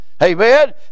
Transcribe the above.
Amen